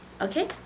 Okay